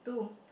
two